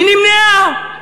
היא נמנעה.